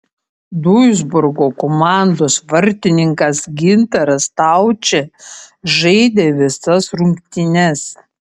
duisburgo komandos vartininkas gintaras staučė žaidė visas rungtynes